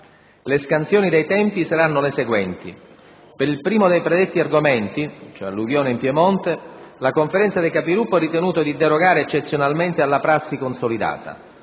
Le scansioni dei tempi saranno le seguenti: per il primo dei predetti argomenti (alluvione in Piemonte) la Conferenza dei Capigruppo ha ritenuto di derogare eccezionalmente alla prassi consolidata.